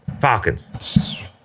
Falcons